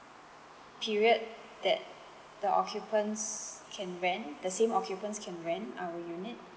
period that the occupants can rent the same occupants can rent our unit